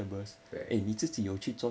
correct